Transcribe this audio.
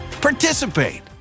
participate